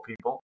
people